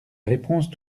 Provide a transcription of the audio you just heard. réponse